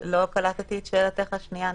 ולא קלטתי את שאלתך השנייה.